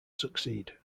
succeed